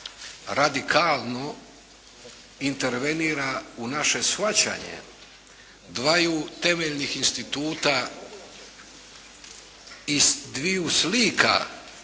radikalno intervenira u naše shvaćanje dvaju temeljnih instituta iz dviju slika